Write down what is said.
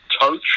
coach